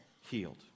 healed